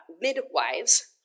midwives